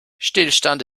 stillstand